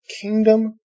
kingdom